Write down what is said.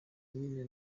nyine